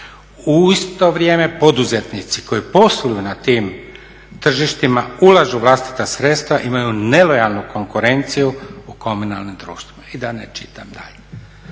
U isto vrijeme poduzetnici koji posluju na tim tržištima ulažu vlastita sredstva, imaju nelojalnu konkurenciju u komunalnom društvu i da ne čitam dalje.